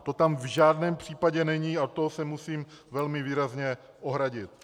To tam v žádném případě není a to se musím velmi výrazně ohradit.